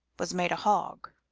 was made a hog.